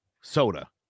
soda